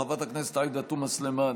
חברת הכנסת עאידה תומא סלימאן,